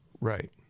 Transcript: Right